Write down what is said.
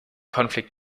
conflict